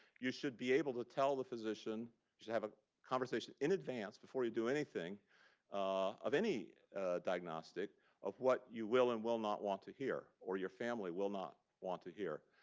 you should be able to tell the physician you should have a conversation in advance before you do anything of any diagnostic of what you will and will not want to hear, or your family will not want to hear.